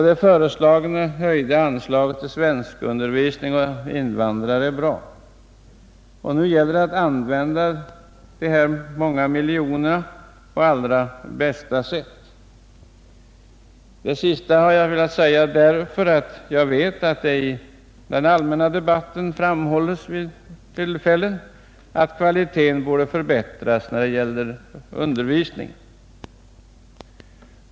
Den föreslagna höjningen av anslaget till svenskundervisning åt invandrare är bra. Det gäller nu att använda de många miljonerna på allra bästa sätt. Det sista har jag velat säga därför att jag vet att det i den allmänna debatten ibland framhålles att kvaliteten borde förbättras när det gäller denna undervisning.